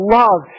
love